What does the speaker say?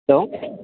hello